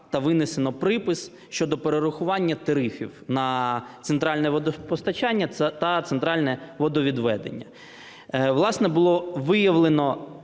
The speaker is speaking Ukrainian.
та винесено припис щодо перерахування тарифів на центральне водопостачання та центральне водовідведення. Власне, було виявлено